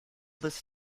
this